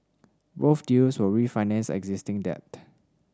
both deals will refinance existing debt